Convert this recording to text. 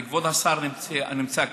וכבוד השר נמצא כאן.